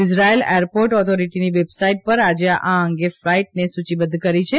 Israel airport ઑથોરિટીની website પર આજે આ અંગે ફ્લાઇટને સૂચિબદ્ધ કરી છે